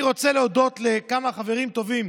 אני רוצה להודות לכמה חברים טובים